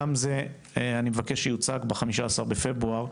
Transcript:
גם זה אני מבקש שיוצג ב-15 בפברואר,